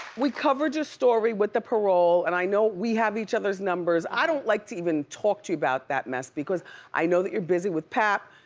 we covered your story with the parole and i know we have each other's numbers. i don't like to even talk to you about that mess, because i know that you're busy with pap,